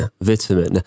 vitamin